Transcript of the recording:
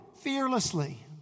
fearlessly